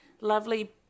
lovely